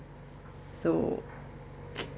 so